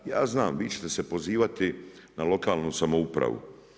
Ja znam, vi ćete se pozivati na lokalnu samoupravu.